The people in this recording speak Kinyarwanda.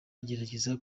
agerageza